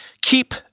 keep